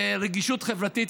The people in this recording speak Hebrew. רגישות חברתית.